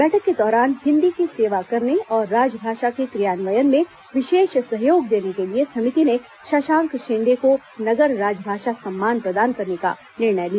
बैठक के दौरान हिन्दी की सेवा करने और राजभाषा के क्रियान्वयन में विशेष सहयोग देने के लिए समिति ने शशांक शेंडे को नगर राजभाषा सम्मान प्रदान करने का निर्णय लिया